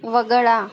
वगळा